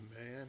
Man